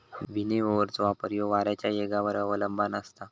विनोव्हरचो वापर ह्यो वाऱ्याच्या येगावर अवलंबान असता